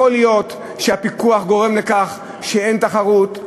יכול להיות שהפיקוח גורם לכך שאין תחרות,